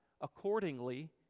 Accordingly